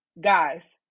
Guys